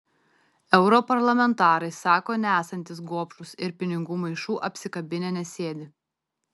europarlamentarai sako nesantys gobšūs ir pinigų maišų apsikabinę nesėdi